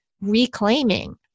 reclaiming